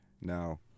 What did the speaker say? Now